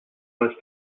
most